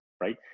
right